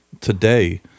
today